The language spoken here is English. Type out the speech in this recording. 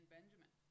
Benjamin